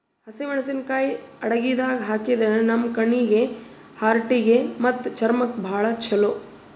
ಹಸಿಮೆಣಸಿಕಾಯಿ ಅಡಗಿದಾಗ್ ಹಾಕಿದ್ರ ನಮ್ ಕಣ್ಣೀಗಿ, ಹಾರ್ಟಿಗಿ ಮತ್ತ್ ಚರ್ಮಕ್ಕ್ ಭಾಳ್ ಛಲೋ